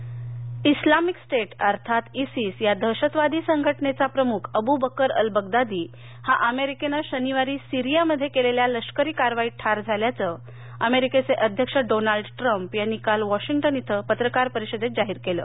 Baghdadi Islamic State अर्थात ISIS या दहशतवादी संघटनेचा प्रमुख अबू बकर अल बगदादी हा अमेरिकेनं शनिवारी सिरीयामध्ये केलेल्या लष्करी कारवाईत ठार झाल्याचं अमेरिकेचे अध्यक्ष डोनाल्डट्म्प यांनी काल वॉशिंग्टन इथं पत्रकार परिषदेत जाहीर केलं